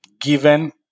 given